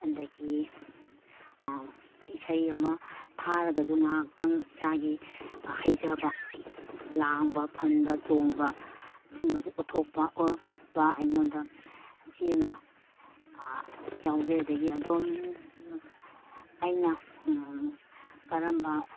ꯑꯗꯒꯤ ꯏꯁꯩ ꯑꯃ ꯊꯥꯔꯒꯁꯨ ꯉꯥꯏꯍꯥꯛꯇꯪ ꯏꯁꯥꯒꯤ ꯍꯩꯖꯕ ꯂꯥꯡꯕ ꯐꯟꯕ ꯆꯣꯡꯕ ꯁꯨꯝꯕꯁꯨ ꯎꯠꯊꯣꯛꯄ ꯑꯩꯉꯣꯟꯗ ꯁꯤꯃ ꯌꯥꯎꯖꯩ ꯑꯗꯒꯤ ꯑꯗꯣꯝ ꯑꯩꯅ ꯀꯔꯝꯕ